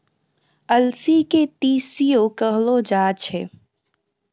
अलसी के तीसियो कहलो जाय छै